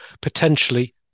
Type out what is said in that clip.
potentially